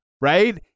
Right